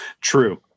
True